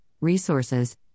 resources